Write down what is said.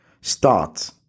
start